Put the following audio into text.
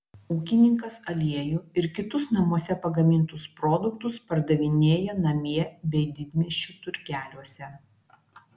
ūkininkas aliejų ir kitus namuose pagamintus produktus pardavinėja namie bei didmiesčių turgeliuose